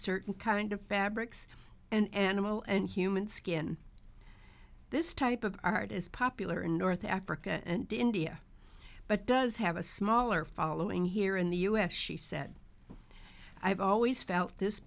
certain kind of fabrics and animal and human skin this type of art is popular in north africa and india but does have a smaller following here in the u s she said i have always felt this